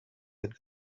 had